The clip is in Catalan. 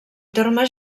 termes